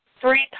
three